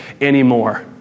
anymore